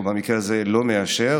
או במקרה הזה לא מאשר.